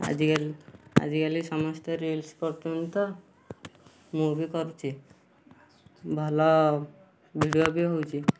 ଆଜିକାଲି ଆଜିକାଲି ସମସ୍ତେ ରିଲସ କରୁଛନ୍ତି ତ ମୁଁ ବି କରୁଛି ଭଲ ଭିଡ଼ିଓ ବି ହଉଛି